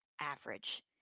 average